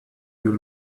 you